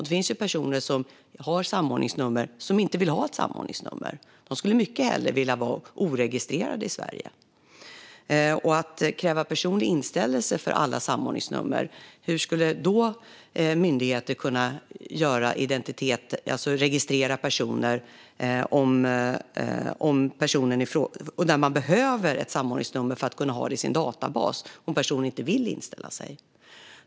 Det finns personer som har samordningsnummer som inte vill ha ett samordningsnummer. De skulle mycket hellre vilja vara oregistrerade i Sverige. Om vi skulle kräva personlig inställelse för alla samordningsnummer, hur skulle då de myndigheter som behöver samordningsnummer till sina databaser kunna registrera personer som inte vill inställa sig?